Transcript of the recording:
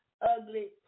ugly